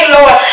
Lord